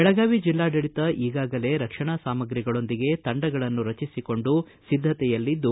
ಬೆಳಗಾವಿ ಜಿಲ್ಲಾಡಳಿತ ಈಗಾಗಲೇ ರಕ್ಷಣಾ ಸಾಮಗ್ರಿಗಳೊಂದಿಗೆ ತಂಡಗಳನ್ನು ರಚಿಸಿಕೊಂಡು ಿದ್ದತೆಯಲ್ಲಿದ್ದು